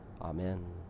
Amen